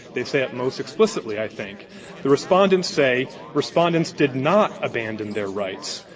they say it most explicitly, i think the respondents say respondents did not abandon their rights.